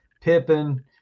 Pippen